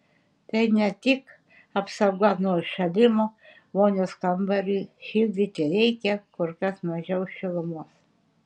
tai ne tik apsauga nuo įšalimo vonios kambariui šildyti reikia kur kas mažiau šilumos